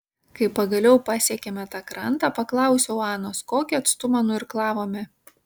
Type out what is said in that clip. kai pagaliau pasiekėme tą krantą paklausiau anos kokį atstumą nuirklavome